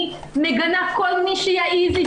אני מגנה כל מי שיעז לפגוע.